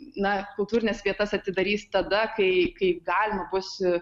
na kultūrines vietas atsidarys tada kai kai galima bus